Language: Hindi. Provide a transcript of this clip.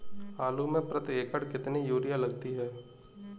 आलू में प्रति एकण कितनी यूरिया लगती है?